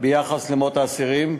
על מות אסירים,